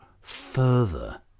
further